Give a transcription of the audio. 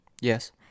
Yes